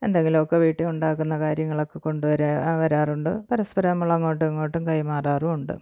എന്തെങ്കിലുമൊക്കെ വീട്ടിലുണ്ടാക്കുന്ന കാര്യങ്ങളൊക്കെ കൊണ്ട് വരാറുണ്ട് പരസ്പരം നമ്മൾ അങ്ങോട്ടുമിങ്ങോട്ടും കൈമാറാറുമുണ്ട്